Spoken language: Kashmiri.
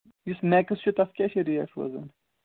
یُس میکٕس چھُ تَتھ کیٛاہ چھِ ریٹ روزان